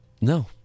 No